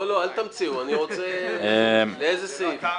זה מתבקש.